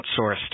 outsourced